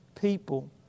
people